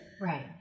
Right